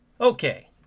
Okay